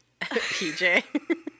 PJ